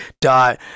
dot